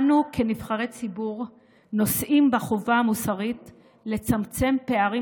אנו כנבחרי ציבור נושאים בחובה המוסרית לצמצם פערים